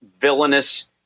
villainous